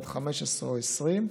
עד 15 או 20,